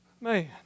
Man